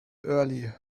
early